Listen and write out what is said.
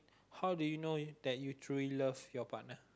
how do you know if that you truly love you partner